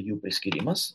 jų priskyrimas